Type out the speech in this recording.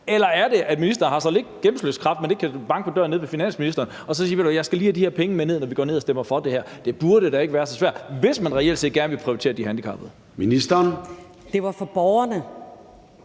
Eller er det, fordi ministeren har så lidt gennemslagskraft, at hun ikke kan banke på døren nede ved finansministeren og så sige: Ved du hvad, jeg skal lige have de her penge med, når vi går ned og stemmer for det her? Det burde da ikke være så svært, hvis man reelt set gerne ville prioritere de handicappede. Kl. 13:33 Formanden